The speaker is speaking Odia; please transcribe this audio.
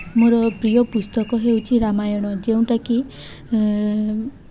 ମୋର ପ୍ରିୟ ପୁସ୍ତକ ହେଉଛିି ରାମାୟଣ ଯେଉଁଟାକି